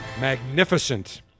magnificent